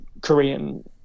Korean